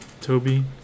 Toby